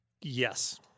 Yes